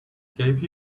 gave